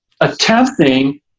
attempting